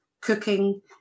cooking